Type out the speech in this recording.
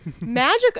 magic